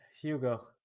Hugo